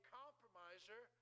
compromiser